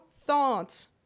thoughts